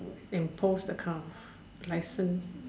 impose that kind of license